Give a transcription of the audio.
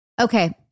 Okay